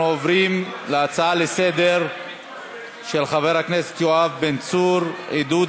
אנחנו עוברים להצעה לסדר-היום של חבר הכנסת יואב בן צור: עידוד